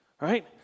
right